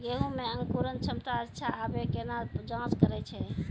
गेहूँ मे अंकुरन क्षमता अच्छा आबे केना जाँच करैय छै?